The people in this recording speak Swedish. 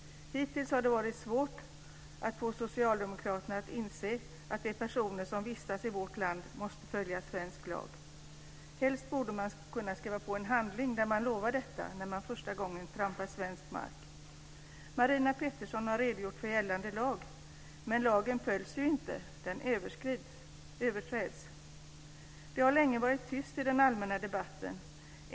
Hittills har det varit svårt att få Socialdemokraterna att inse att de personer som vistas i vårt land måste följa svensk lag. Helst borde man kunna skriva på en handling där man lovar detta första gången man trampar svensk mark. Marina Pettersson har redogjort för gällande lag, men lagen följs ju inte. Den överträds. Det har länge varit tyst i den allmänna debatten.